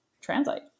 translate